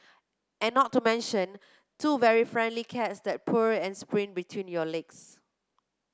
and not to mention two very friendly cats that purr and sprint between your legs